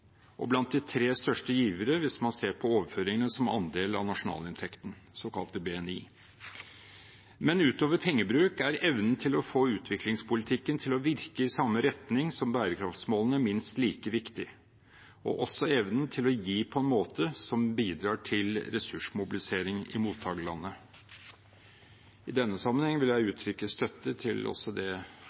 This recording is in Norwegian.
og blant de tre største givere hvis man ser på overføringene som andel av nasjonalinntekten, den såkalte BNI. Men utover pengebruk er evnen til å få utviklingspolitikken til å virke i samme retning som bærekraftsmålene minst like viktig, og også evnen til å gi på en måte som bidrar til ressursmobilisering i mottakerlandene. I denne sammenheng vil jeg uttrykke støtte også til det